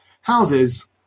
houses